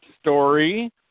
story